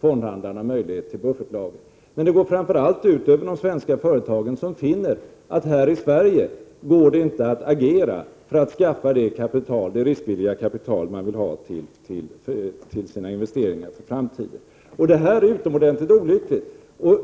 Fondhandlarna har inte möjlighet att upprätthålla buffertlager. Men det går framför allt ut över de svenska företagen som finner att här i Sverige går det inte att agera för att skaffa det riskvilliga kapital som man vill ha till sina investeringar i framtiden. Detta är utomordentligt olyckligt.